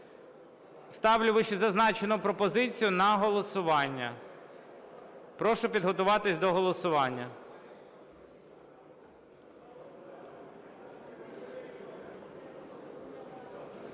Ставлю вищезазначену пропозицію на голосування. Прошу підготуватись до голосування.